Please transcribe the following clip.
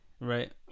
Right